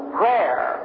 prayer